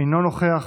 אינו נוכח,